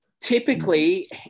typically